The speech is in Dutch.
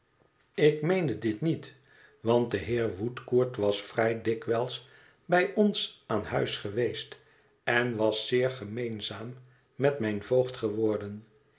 ik meende dit niet want de heer woodcourt was vrij dikwijls bij ons aan huis geweest en was zeer gemeenzaam met mijn voogd geworden